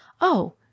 Oh